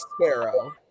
sparrow